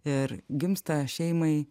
ir gimsta šeimai